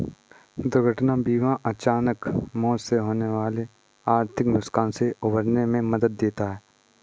दुर्घटना बीमा अचानक मौत से होने वाले आर्थिक नुकसान से उबरने में मदद देता है